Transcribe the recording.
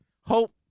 Hope